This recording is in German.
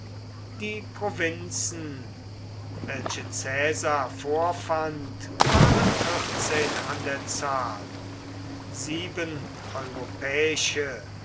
die provinzen welche caesar vorfand waren vierzehn an der zahl sieben europäische